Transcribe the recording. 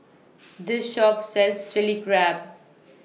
This Shop sells Chili Crab